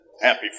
happy